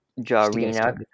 jarina